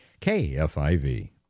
KFIV